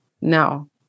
No